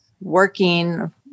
working